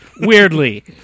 weirdly